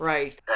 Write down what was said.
Right